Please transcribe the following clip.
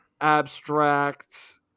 abstract